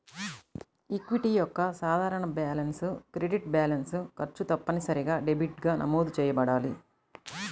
equity యొక్క సాధారణ balance credit balance, ఖర్చు తప్పనిసరిగా డెబిట్గా నమోదు చేయబడాలి